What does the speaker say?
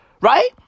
right